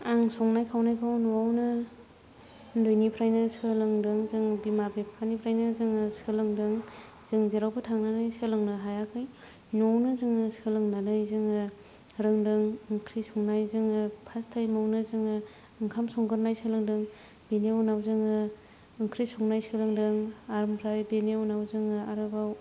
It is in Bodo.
आं संनाय खावनायखौ न'आवनो उन्दैनिफ्रायनो सोलोंदों जों बिमा बिफानिफ्रायनो जों सोलोंदों जों जेरावबो थांनानै सोलोंनो हायाखै न'आवनो जोङो सोलोंनानै जोङो रोंदों ओंख्रि संनाय जोङो फार्स्ट टाइमावनो जोंङो ओंखाम संगोरनाय सोलोंदों बिनि उनाव जोङो ओंख्रि संनाय सोलोंदों ओमफ्राय बिनि उनाव जोङो आरोबाव